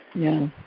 you